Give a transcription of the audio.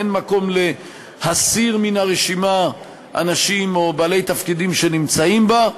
אין מקום להסיר מהרשימה אנשים או בעלי תפקידים שנמצאים בה.